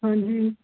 ਹਾਂਜੀ